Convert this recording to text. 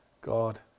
God